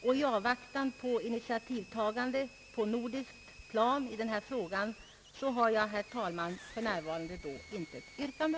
I avvaktan på ett initiativtagande på nordiskt plan i denna fråga har jag, herr talman, för närvarande intet yrkande.